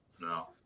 no